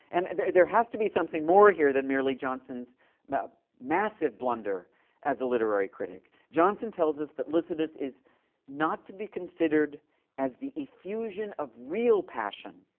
and there there has to be something more here than merely johnson's massive blunder as a literary critic. johnson tells us that lycidas is not to be considered as the effusion of real passion,